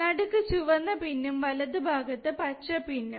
നടുക്ക് ചുവന്ന പിൻ ഉം വലതുഭാഗത്ത് പച്ച പിൻ ഉം